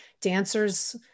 dancers